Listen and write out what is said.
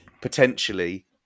potentially